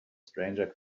stranger